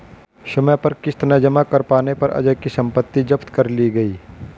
समय पर किश्त न जमा कर पाने पर अजय की सम्पत्ति जब्त कर ली गई